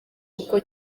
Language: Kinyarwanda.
uko